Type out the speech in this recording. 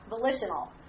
Volitional